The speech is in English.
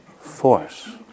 force